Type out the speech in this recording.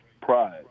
pride